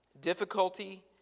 difficulty